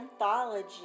anthology